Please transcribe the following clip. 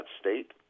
state